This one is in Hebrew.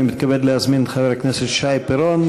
אני מתכבד להזמין את חבר הכנסת שי פירון,